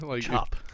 Chop